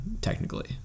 technically